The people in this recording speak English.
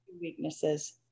weaknesses